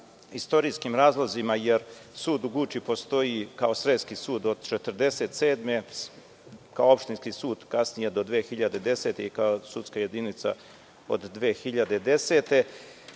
istorijskim razlozima jer sud u Guči postoji kao sreski sud od 1947. godine, kao opštinski sud kasnije do 2010. godine i kao sudska jedinica od 2010.